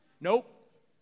Nope